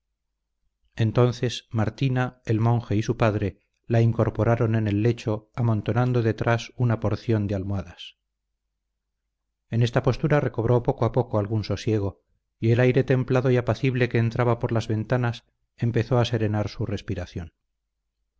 entonces martina el monje y su padre la incorporaron en el lecho amontonando detrás una porción del almohadas en esta postura recobró poco a poco algún sosiego y el aire templado y apacible que entraba por las ventanas empezó a serenar su respiración